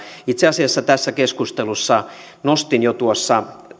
itse asiassa tässä keskustelussa nostin jo tuossa